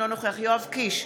אינו נוכח יואב קיש,